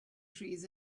trees